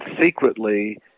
secretly